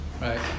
Right